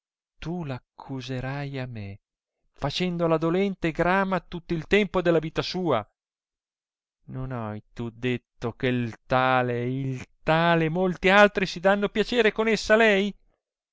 tu r accuserai a me facendola dolente e grama tutto il tempo della vita sua non hai tu detto che tale e il tale e molti altri si danno piacere con essa lei